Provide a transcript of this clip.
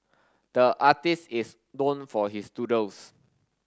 the artist is known for his doodles